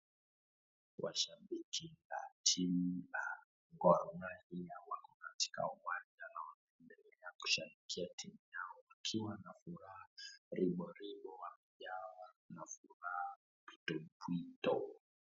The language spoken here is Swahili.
Washabiki wa timu ya Gor Mahia wako katika uwanja na wanaendelea kushabikia timu yao wakiwa na furaha riboribo wamejawa na furaha mpwitompwito.